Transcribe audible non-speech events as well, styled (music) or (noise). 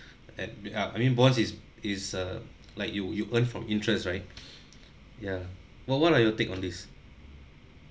(breath) and me~ ah I mean bond is is uh like you you earn from interest right (breath) yeah what what are your take on this